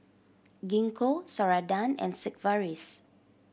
Gingko Ceradan and Sigvaris